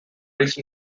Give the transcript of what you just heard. raised